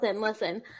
listen